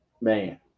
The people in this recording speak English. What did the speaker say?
man